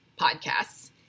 podcasts